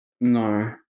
No